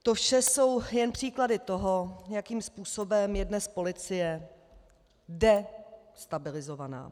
To vše jsou jen příklady toho, jakým způsobem je dnes policie destabilizovaná.